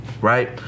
right